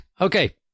Okay